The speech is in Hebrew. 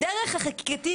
הדרך החקיקתית,